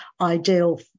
ideal